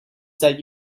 that